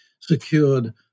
secured